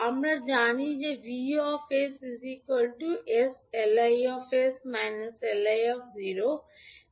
আমরা জানি যে 𝑉 𝑠 𝑠𝐿𝐼 𝑠 𝐿𝑖 0−